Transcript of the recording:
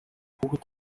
хүүхэд